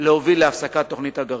להוביל להפסקת תוכנית הגרעין.